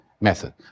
method